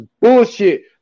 bullshit